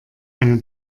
eine